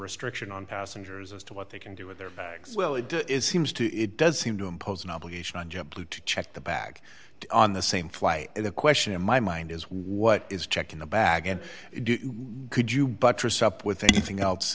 restriction on passengers as to what they can do with their bags well it seems to it does seem to impose an obligation on jet blue to check the bag on the same flight and the question in my mind is what is check in the bag and could you buttress up with anything else